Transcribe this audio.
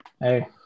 hey